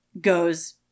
goes